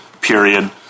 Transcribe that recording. period